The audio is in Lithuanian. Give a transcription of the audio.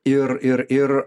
ir ir ir